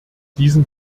diesen